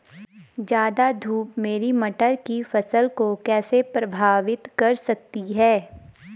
ज़्यादा धूप मेरी मटर की फसल को कैसे प्रभावित कर सकती है?